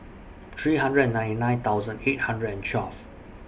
three hundred and ninety nine thousand eight hundred and twelve